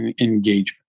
Engagement